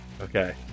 Okay